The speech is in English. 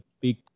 big